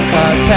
Cause